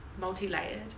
multi-layered